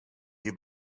you